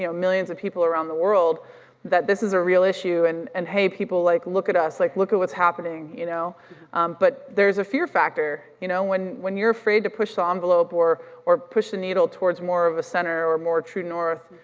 you know millions of people around the world that this is a real issue and and hey, people, like look at us, like look at what's happening, you know but there's a fear factor. you know when when you're afraid to push the envelope or or push the needle towards more of a center or more true north,